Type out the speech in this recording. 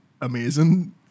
amazing